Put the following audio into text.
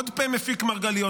עוד פה מפיק מרגליות,